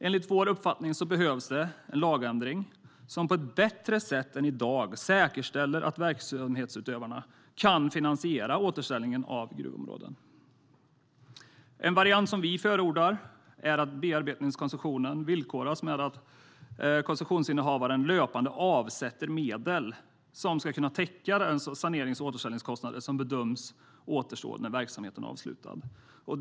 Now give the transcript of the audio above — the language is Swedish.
Enligt vår uppfattning behövs det en lagändring som på ett bättre sätt än i dag säkerställer att verksamhetsutövarna kan finansiera återställningen av gruvområden. En variant som vi förordar är att bearbetningskoncessionen villkoras med att koncessionsinnehavaren löpande avsätter medel som ska kunna täcka de sanerings och återställningskostnader som bedöms återstå när verksamheten är avslutad.